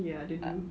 ya they do